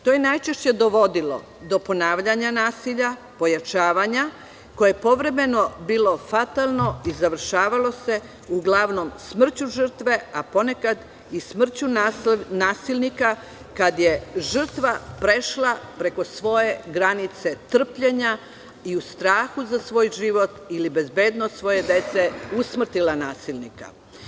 To je najčešće dovodilo do ponavljanja nasilja, pojačavanja koje je povremeno bilo fatalno i završavalo se uglavnom smrću žrtve, a ponekad i smrću nasilnika, kada je žrtva prešla preko svoje granice trpljenja i u strahu za svoj život ili bezbednost svoje dece usmrtila nasilnika.